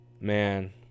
Man